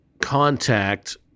contact